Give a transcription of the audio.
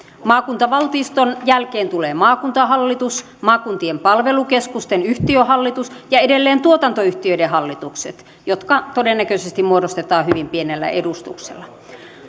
maakuntavaltuuston jälkeen tulee maakuntahallitus maakuntien palvelukeskusten yhtiöhallitus ja edelleen tuotantoyhtiöiden hallitukset jotka todennäköisesti muodostetaan hyvin pienellä edustuksella